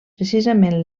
precisament